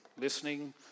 listening